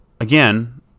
again